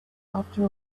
after